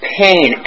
pain